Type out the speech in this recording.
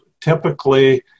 typically